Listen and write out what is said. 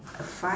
five